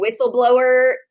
whistleblower